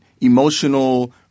emotional